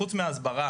חוץ מהסברה